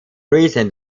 recent